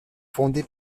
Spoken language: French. fondé